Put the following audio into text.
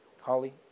Holly